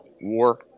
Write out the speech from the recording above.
war